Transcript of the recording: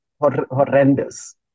horrendous